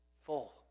full